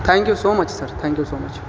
thank you so much sir thank you so much